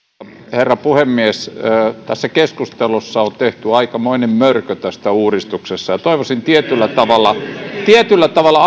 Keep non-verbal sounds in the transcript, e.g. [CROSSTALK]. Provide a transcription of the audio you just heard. herra puhemies tässä keskustelussa on tehty aikamoinen mörkö tästä uudistuksesta toivoisin tietyllä tavalla tietyllä tavalla [UNINTELLIGIBLE]